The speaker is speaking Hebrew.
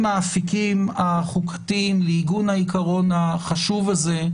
האפיקים החוקתיים לעיגון העיקרון החשוב הזה,